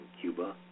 Cuba